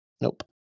Nope